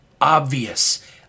obvious